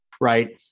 Right